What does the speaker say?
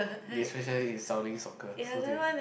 they in Shaolin soccer so they